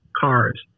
cars